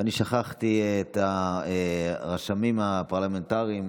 ואני שכחתי את הרשמים הפרלמנטריים,